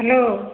hello